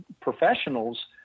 professionals